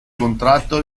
contratto